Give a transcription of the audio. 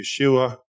Yeshua